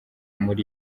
muri